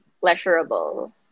pleasurable